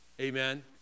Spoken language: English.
Amen